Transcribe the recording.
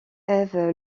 eve